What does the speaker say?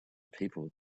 people